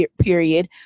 period